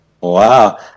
Wow